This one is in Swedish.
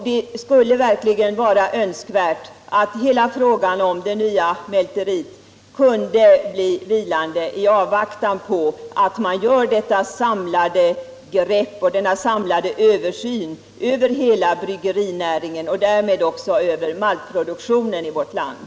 Det skulle verkligen vara önskvärt att hela frågan om det nya mälteriet kunde bli vilande i avvaktan på denna samlade översyn av bryggerinäringen och därmed också av maltproduktionen i vårt land.